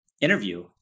interview